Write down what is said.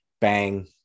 bang